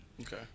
Okay